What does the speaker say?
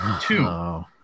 Two